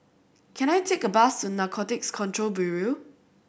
can I take a bus to Narcotics Control Bureau